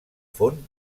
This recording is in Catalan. font